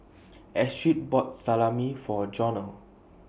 Astrid bought Salami For Jonell